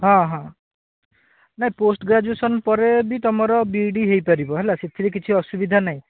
ହଁ ହଁ ନାହିଁ ପୋଷ୍ଟ ଗ୍ରାଜୁଏସନ୍ ପରେ ବି ତୁମର ବି ଇ ଡ଼ି ହେଇପାରିବ ହେଲା ସେଥିରେ କିଛି ଅସୁବିଧା ନାହିଁ